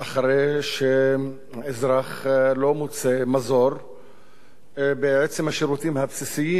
אחרי שאזרח לא מוצא מזור בעצם השירותים הבסיסיים